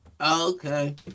Okay